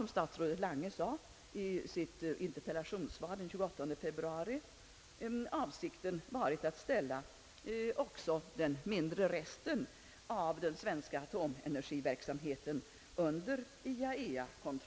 Som statsrådet Lange sade i sitt interpellationssvar den 28 februari, har avsikten varit att ställa också den återstående mindre delen av den svenska atomenergiverksamheten under IAEA:s kon